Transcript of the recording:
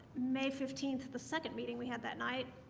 may fifteenth the second meeting we had that night